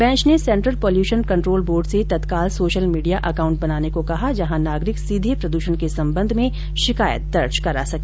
bench ने central pollution control board से तत्काल सोशल मीडिया अकाउंट बनाने को कहा जहां नागरिक सीधे प्रदूषण के संबंध में शिकायत दर्ज करा सके